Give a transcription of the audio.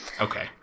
Okay